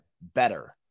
better